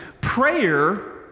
Prayer